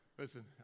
Listen